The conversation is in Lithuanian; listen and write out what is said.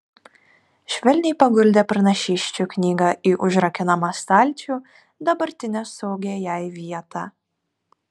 švelniai paguldė pranašysčių knygą į užrakinamą stalčių dabartinę saugią jai vietą